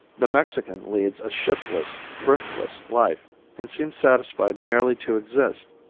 the mexican leads a shiftless, thriftless life and seems satisfied merely to exist.